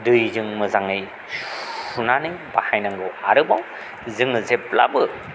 दैजों मोजाङै सुनानै बाहायनांगौ आरोबाव जोङो जेब्लाबो